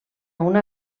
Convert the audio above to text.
una